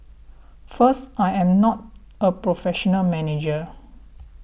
first I am not a professional manager